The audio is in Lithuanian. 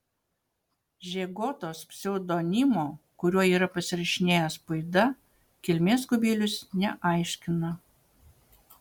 žegotos pseudonimo kuriuo yra pasirašinėjęs puida kilmės kubilius neaiškina